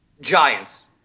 giants